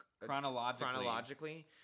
chronologically